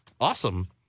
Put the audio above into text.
Awesome